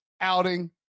outing